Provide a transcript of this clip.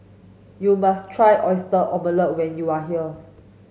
you must try oyster omelette when you are here